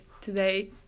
today